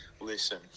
Listen